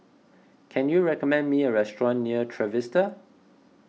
can you recommend me a restaurant near Trevista